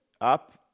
up